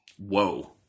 Whoa